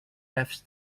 death